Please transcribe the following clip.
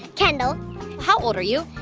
kendall how old are you?